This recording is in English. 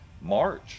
March